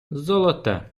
золоте